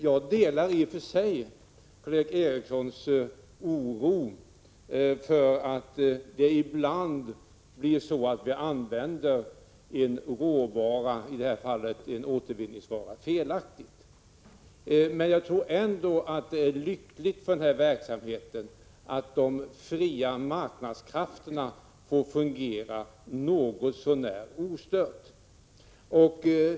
Jag delar i och för sig Karl Erik Erikssons oro för att vi ibland använder en råvara, i detta fall en återvinningsvara, felaktigt. Men jag tror ändå att det är lyckligast för denna verksamhet att de fria marknadskrafterna får fungera 7n något så när ostört.